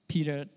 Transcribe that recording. Peter